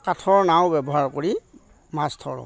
কাঠৰ নাও ব্যৱহাৰ কৰি মাছ ধৰোঁ